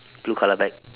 blue colour bag